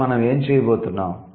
ఇప్పుడు మనం ఏమి చేయబోతున్నాం